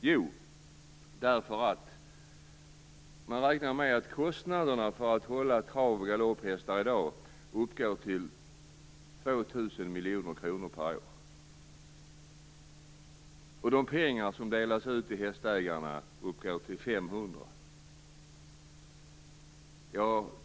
Jo, därför att man räknar med att kostnaderna för att hålla trav och galopphästar i dag uppgår till 2 000 miljoner kronor per år, och de pengar som utgår till hästägarna uppgår alltså till 500 miljoner.